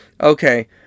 Okay